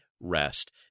rest